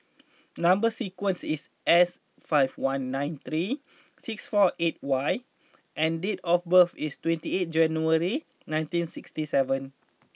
number sequence is S five one nine three six four eight Y and date of birth is twenty eighth January nineteen sixty seven